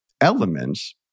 elements